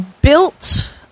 built